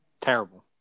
Terrible